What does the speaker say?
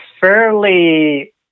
fairly